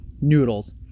noodles